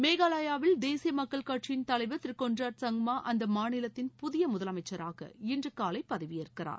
மேகாலயாவில் தேசிய மக்கள் கட்சியின் தலைவர் திரு கொன்ராட் சுங்மா அந்த மாநிலத்தின் புதிய முதலமைச்சராக இன்று காலை பதவியேற்கிறார்